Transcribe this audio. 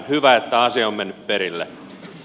hyvä että asia on mennyt perille